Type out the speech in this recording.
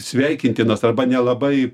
sveikintinas arba nelabai